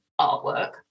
artwork